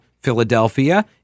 Philadelphia